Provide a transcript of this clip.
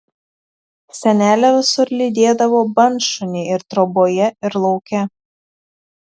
senelę visur lydėdavo bandšuniai ir troboje ir lauke